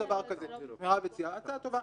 מרב הציעה הצעה טובה.